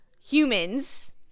humans